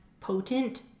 potent